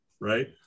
right